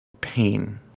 pain